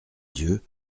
dieu